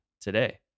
today